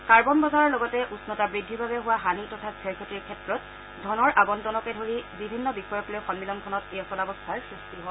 carbon বজাৰ আৰু উষ্ণতা বৃদ্ধিৰ বাবে হোৱা হানি তথা ক্ষয় ক্ষতিৰ ক্ষেত্ৰত ধনৰ আৱণ্টনকে ধৰি বিভইন্ন বিষয়ক লৈ সন্মিলনখনত এই আচলৱস্থাৰ সৃষ্টি হয়